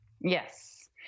Yes